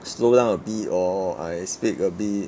slow down a bit or I speak a bit